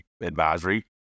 advisory